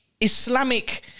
Islamic